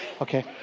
Okay